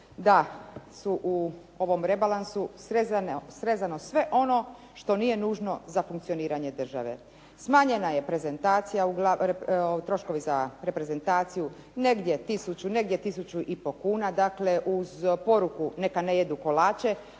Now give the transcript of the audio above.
da su u ovom rebalansu srezano sve ono što nije nužno za funkcioniranje države. Smanjena je reprezentacija, troškovi za reprezentaciju, negdje tisuću, negdje tisuću i pol kuna. Dakle, uz poruku neka ne jedu kolače.